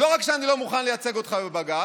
לא רק שאני לא מוכן לייצג אותך בבג"ץ,